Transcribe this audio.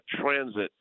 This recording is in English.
transit